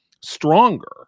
stronger